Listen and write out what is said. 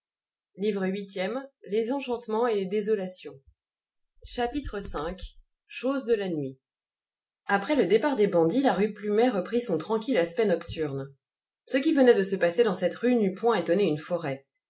chapitre v choses de la nuit après le départ des bandits la rue plumet reprit son tranquille aspect nocturne ce qui venait de se passer dans cette rue n'eût point étonné une forêt